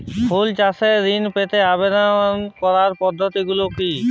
ফুল চাষে ঋণ পেতে আবেদন করার পদ্ধতিগুলি কী?